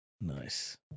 Nice